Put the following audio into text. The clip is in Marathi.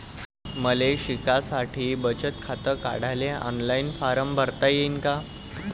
मले शिकासाठी बचत खात काढाले ऑनलाईन फारम भरता येईन का?